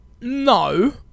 no